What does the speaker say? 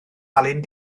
alun